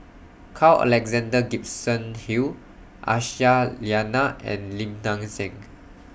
Carl Alexander Gibson Hill Aisyah Lyana and Lim Nang Seng